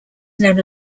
known